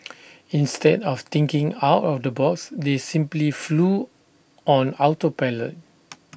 instead of thinking out of the box they simply flew on auto pilot